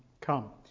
come